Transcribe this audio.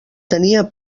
tenia